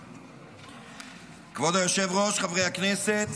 כבוד היושב-ראש, חברי הכנסת,